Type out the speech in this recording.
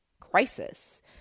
crisis